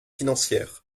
financière